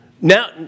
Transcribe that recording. Now